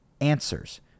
answers